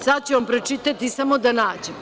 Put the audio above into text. Sada ću vam pročitati, samo da nađem.